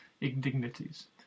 indignities